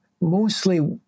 Mostly